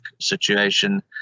situation